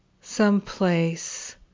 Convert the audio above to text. someplace